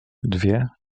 dwie